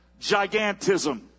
gigantism